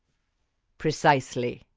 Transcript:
precisely,